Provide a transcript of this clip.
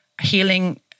Healing